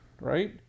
right